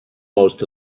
most